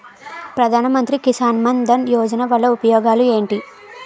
ప్రధాన మంత్రి కిసాన్ మన్ ధన్ యోజన వల్ల ఉపయోగాలు ఏంటి?